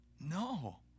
No